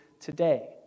today